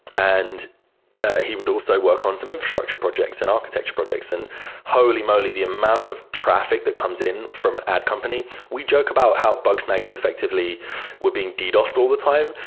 and he would also work on some infrastructure projects and architecture projects. and holy molly! the amount of traffic that comes in from an ad company, we joke about how bugsnag is effectively we're being ddos'd ah so all the time,